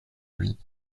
lui